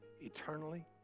Eternally